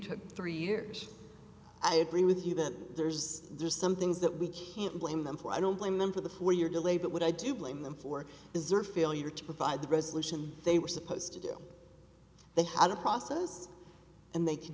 took three years i agree with you that there's there are some things that we can't blame them for i don't blame them for the four year delay but what i do blame them for deserved failure to provide the resolution they were supposed to do they had a process and they c